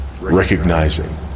recognizing